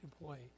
employee